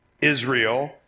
Israel